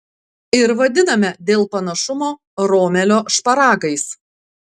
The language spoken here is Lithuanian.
ir vadiname dėl panašumo romelio šparagais